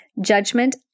judgment